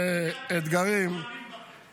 הינה הפתק, אני מאמין בכם.